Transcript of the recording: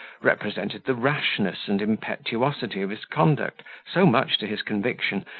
represented the rashness and impetuosity of his conduct so much to his conviction,